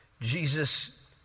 Jesus